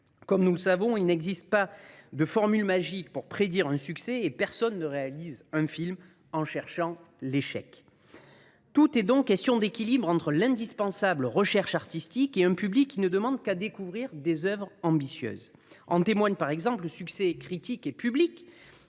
Comme nous le savons, il n’existe pas de formule magique pour prédire un succès, et personne ne réalise un film en cherchant l’échec. Tout est donc question d’équilibre, entre l’indispensable recherche artistique et un public qui ne demande qu’à découvrir des œuvres ambitieuses. En témoigne, par exemple, le succès critique et public,